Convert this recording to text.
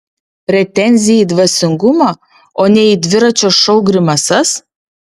pretenzija į dvasingumą o ne į dviračio šou grimasas